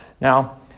now